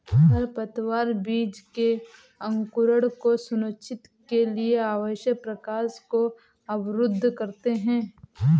खरपतवार बीज के अंकुरण को सुनिश्चित के लिए आवश्यक प्रकाश को अवरुद्ध करते है